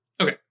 okay